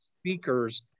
speakers